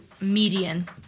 median